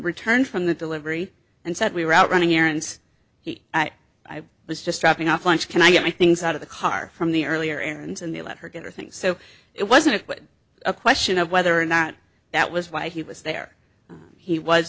returned from the delivery and said we were out running errands he i was just dropping off lunch can i get my things out of the car from the earlier and they let her get her things so it wasn't a question of whether or not that was why he was there he was